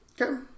Okay